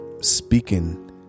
speaking